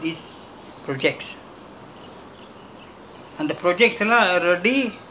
err certain R&D okay you all supposed to do these projects